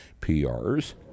prs